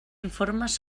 informes